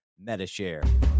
MetaShare